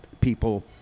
people